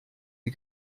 sie